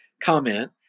comment